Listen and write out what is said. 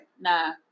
Nah